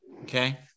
Okay